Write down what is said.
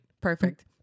Perfect